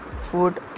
food